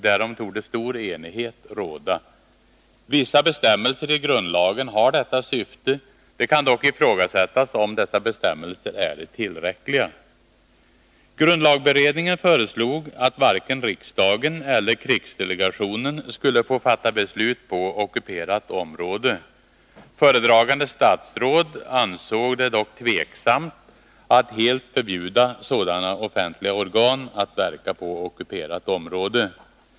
Därom torde stor enighet råda. Vissa bestämmelser i grundlagen har detta syfte. Det kan dock ifrågasättas om dessa bestämmelser är tillräckliga. Grundlagberedningen föreslog att varken riksdagen eller krigsdelegationen skulle få fatta beslut på ockuperat område. Föredragande statsråd ansåg det dock tveksamt att helt förbjuda sådana offentliga organ att verka på ockuperat område.